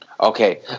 okay